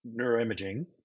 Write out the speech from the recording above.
neuroimaging